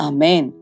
Amen